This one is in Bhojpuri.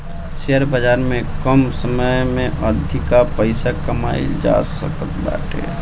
शेयर बाजार में कम समय में अधिका पईसा कमाईल जा सकत बाटे